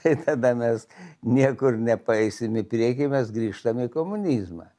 tai tada mes niekur nepaeisim į priekį mes grįžtam į komunizmą